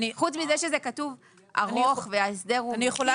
חוץ מזה שזה כתוב ארוך וההסדר הוא מקיף,